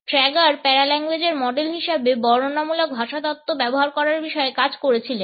Trager প্যারাল্যাঙ্গুয়েজের model হিসাবে বর্ণনামূলক ভাষাতত্ত্ব ব্যবহার করার বিষয়ে কাজ করেছিলেন